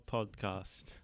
Podcast